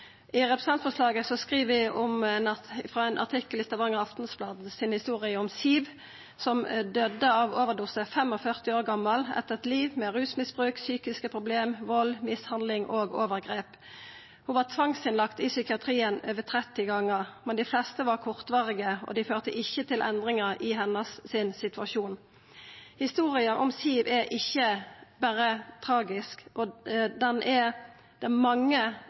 I representantforslaget skriv vi, frå ein artikkel i Stavanger Aftenblad, om «Siw», som døydde av overdose 45 år gamal etter eit liv med rusmisbruk, psykiske problem, vold, mishandling og overgrep. Ho var tvangsinnlagd i psykiatrien over 30 gongar, men dei fleste opphalda var kortvarige, og dei førte ikkje til endringar i situasjonen hennar. Historia om «Siw» er ikkje berre tragisk, det er også mange som opplever tilsvarande – det er ikkje ei enkeltsak. Det finst mange